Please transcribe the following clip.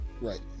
right